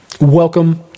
Welcome